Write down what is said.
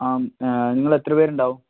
നിങ്ങളെത്ര പേരുണ്ടാവും